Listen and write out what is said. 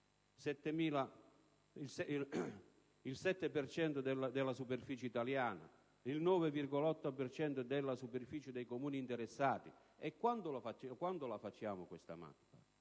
cento della superficie italiana, il 9,8 per cento della superficie dei Comuni interessati). Ma quando la facciamo questa mappa?